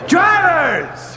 Drivers